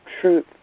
truth